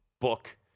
book